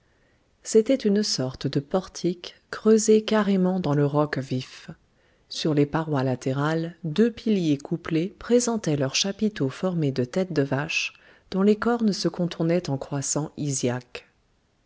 c'était une sorte de portique creusé carrément dans le roc vif sur les parois latérales deux piliers couplés présentaient leurs chapiteaux formés de têtes de vache dont les cornes se contournaient en croissant